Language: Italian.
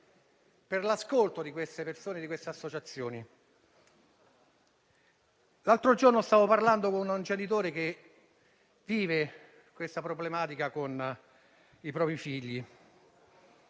per l'ascolto di queste persone e di queste associazioni. L'altro giorno stavo parlando con un genitore che vive questa problematica con i propri figli